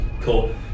Cool